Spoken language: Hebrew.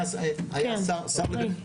היה השר לביטחון פנים,